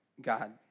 God